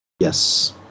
Yes